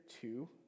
two